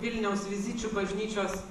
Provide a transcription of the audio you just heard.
vilniaus vizičių bažnyčios